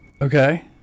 Okay